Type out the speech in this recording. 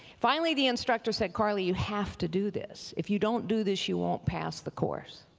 finally the instructor said, carly, you have to do this. if you don't do this, you won't pass the course.